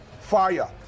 fire